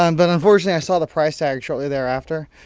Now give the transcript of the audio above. um but unfortunately, i saw the price tag shortly thereafter.